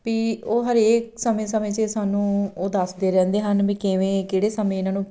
ਵੀ ਉਹ ਹਰੇਕ ਸਮੇਂ ਸਮੇਂ 'ਚ ਇਹ ਸਾਨੂੰ ਉਹ ਦੱਸਦੇ ਰਹਿੰਦੇ ਹਨ ਵੀ ਕਿਵੇਂ ਕਿਹੜੇ ਸਮੇਂ ਇਹਨਾਂ ਨੂੰ